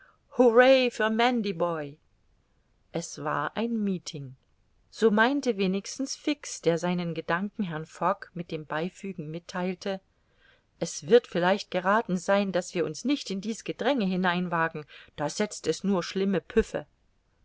es war ein meeting so meinte wenigstens fix der seinen gedanken herrn fogg mit dem beifügen mittheilte es wird vielleicht gerathen sein daß wir uns nicht in dies gedränge hinein wagen da setzt es nur schlimme püffe